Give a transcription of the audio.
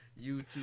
YouTube